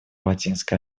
латинской